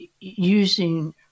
Using